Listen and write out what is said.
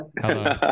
Hello